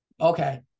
Okay